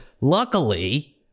luckily